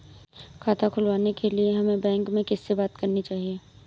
खाता खुलवाने के लिए हमें बैंक में किससे बात करनी चाहिए?